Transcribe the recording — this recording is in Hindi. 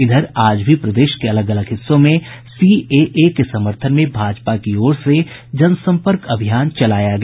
इधर आज भी प्रदेश के अलग अलग हिस्सों में सीएए के समर्थन में भाजपा की ओर से जनसंपर्क अभियान चलाया गया